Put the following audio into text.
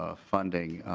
ah funding.